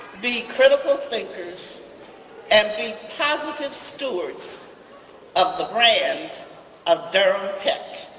be critical thinkers and be positive stewards of the brand of durham tech.